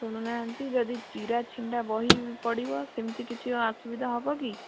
ଶୁଣୁ ନାହାନ୍ତି ଯଦି ଚିରା ଛିଣ୍ଡା ବହି ପଢ଼ିବ ସେମିତି କିଛି ଅସୁବିଧା ହେବକି